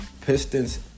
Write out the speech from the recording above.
Pistons